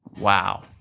Wow